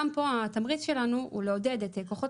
גם פה התמריץ שלנו הוא לעודד את כוחות